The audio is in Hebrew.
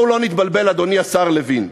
בואו לא נתבלבל, אדוני השר לוין.